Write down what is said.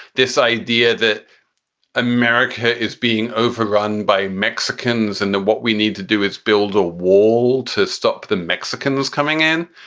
this idea that america is being overrun by mexicans and that what we need to do is build a wall to stop the mexicans coming in.